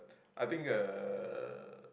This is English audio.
I think uh